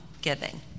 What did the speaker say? giving